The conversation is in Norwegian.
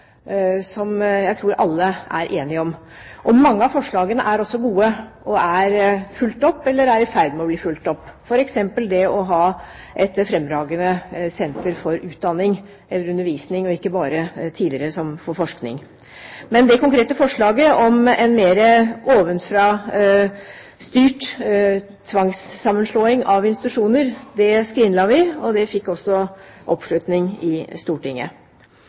tror jeg alle er enige i analysen. Mange av forslagene er også gode og er fulgt opp eller i ferd med å bli fulgt opp, f.eks. det å ha et fremragende senter for utdanning eller undervisning og ikke som tidligere bare for forskning. Men det konkrete forslaget om en mer ovenfrastyrt tvangssammenslåing av institusjoner skrinla vi, og det fikk også oppslutning i Stortinget.